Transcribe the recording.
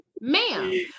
ma'am